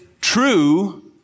true